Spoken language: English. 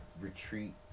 retreat